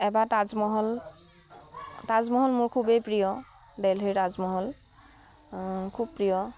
এবাৰ তাজমহল তাজমহল মোৰ খুবেই প্ৰিয় দেল্হীৰ তাজমহল খুব প্ৰিয়